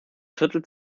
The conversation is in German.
viertel